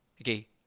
Okay